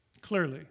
clearly